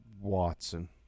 Watson